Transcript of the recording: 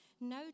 no